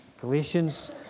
Galatians